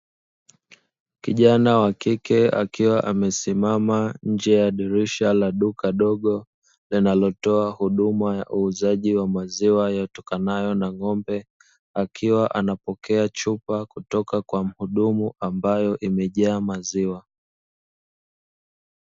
Kijana wakike akiwa amesimama nje ya dirisha la duka dogo linalotoa huduma ya uuzaji wa maziwa, yatokanayo na ng'ombe akiwa anapokea chupa kutoka kwa mhudumu ambayo imejaa maziwa.